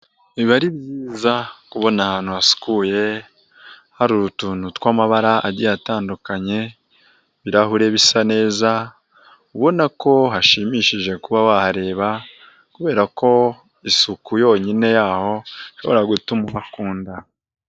Biba ari byiza kubona ahantu hasukuye hari utuntu tw'amabara agiye atandukanye, ibirahure bisa neza, ubona ko hashimishije kuba wahareba kubera ko isuku yonyine yaho ishobora gutuma uhakunda.